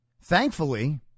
Thankfully